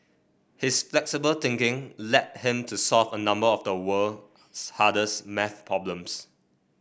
his flexible thinking led him to solve a number of the world's hardest maths problems